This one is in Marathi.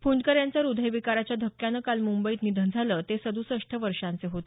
फंडकर यांचं हृदयविकाराच्या धक्क्यानं काल मुंबईत निधन झालं ते सदुसष्ठ वर्षांचे होते